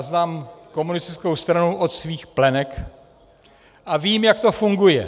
Znám komunistickou stranu od svých plenek a vím, jak to funguje.